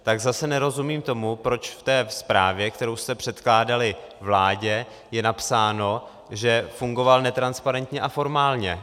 Tak zase nerozumím tomu, proč v té zprávě, kterou jste předkládali vládě, je napsáno, že fungoval netransparentně a formálně.